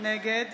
נגד